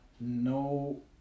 No